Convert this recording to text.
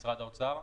האוצר.